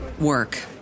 work